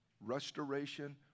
restoration